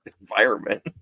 environment